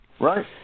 Right